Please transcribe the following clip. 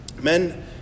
men